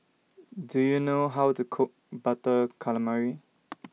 Do YOU know How to Cook Butter Calamari